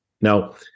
Now